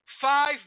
Five